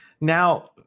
Now